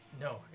No